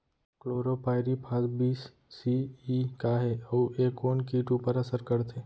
Chlorpyrifos बीस C E का हे अऊ ए कोन किट ऊपर असर करथे?